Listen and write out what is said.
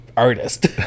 artist